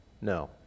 No